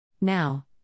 Now